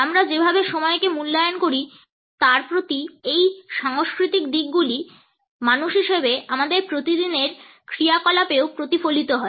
আমরা যেভাবে সময়কে মূল্যায়ন করি তার প্রতি এই সাংস্কৃতিক দিকগুলি মানুষ হিসাবে আমাদের প্রতিদিনের ক্রিয়াকলাপেও প্রতিফলিত হয়